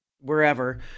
wherever